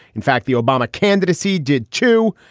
in fact, the obama candidacy did, too,